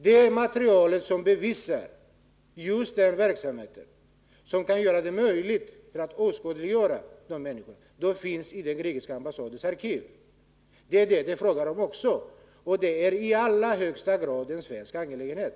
Det material som bevisar denna verksamhets existens och som skulle göra det möjligt att bevisa dessa människors deltagande finns i grekiska ambassadens arkiv. Det är fråga om detta också, och det är i allra högsta grad en svensk angelägenhet.